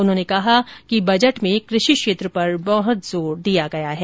उन्होंने कहा कि बजट में क्रषि क्षेत्र पर बहुत जोर दिया गया है